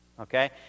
Okay